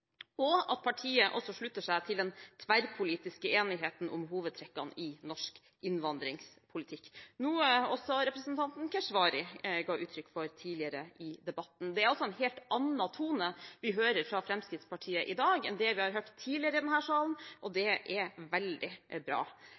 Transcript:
og at partiet også slutter seg til den tverrpolitiske enigheten om hovedtrekkene i norsk innvandringspolitikk, noe også representanten Keshvari ga uttrykk for tidligere i debatten. Det er altså en helt annen tone vi hører fra Fremskrittspartiet i dag enn det vi har hørt tidligere i denne salen, og det er veldig bra.